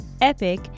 epic